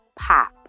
pop